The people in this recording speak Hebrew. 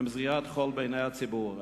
הן זריית חול בעיני הציבור.